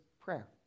prayer